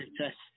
test